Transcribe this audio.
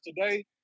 today